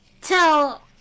tell